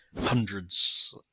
hundreds